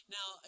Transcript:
Now